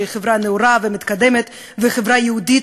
שהיא חברה נאורה ומתקדמת וחברה יהודית